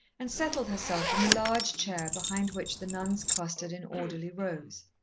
and settled herself in the large chair behind which the nuns clustered in orderly rows.